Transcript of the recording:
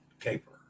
caper